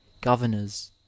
governors